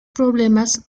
problemas